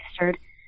registered